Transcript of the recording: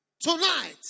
Tonight